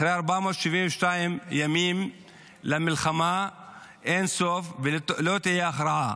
אחרי 472 ימים למלחמה אין סוף, לא תהיה הכרעה.